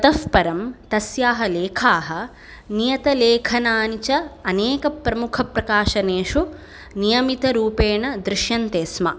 ततः परं तस्याः लेखाः नियतलेखनानि च अनेकप्रमुखप्रकाशनेषु नियमितरूपेण दृश्यन्ते स्म